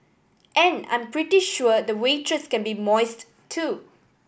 and I'm pretty sure the waitress can be moist too